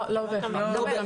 לא בהכרח.